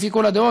לפי כל הדעות,